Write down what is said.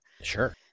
Sure